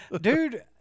Dude